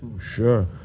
Sure